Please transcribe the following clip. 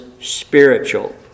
spiritual